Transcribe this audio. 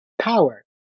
power